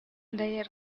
their